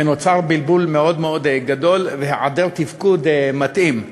ונוצר בלבול מאוד גדול והיעדר תפקוד מתאים.